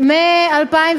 מ-2015,